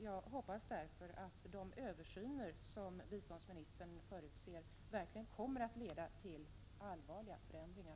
Jag hoppas därför att den översyn som biståndsministern förutser verkligen kommer att leda till allvarliga förändringar.